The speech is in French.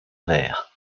vers